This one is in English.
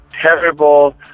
terrible